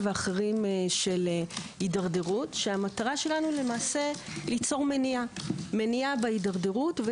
ואחרים של הידרדרות שהמטרה שלנו ליצור מניעה בהידרדרות.